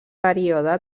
període